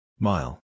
Mile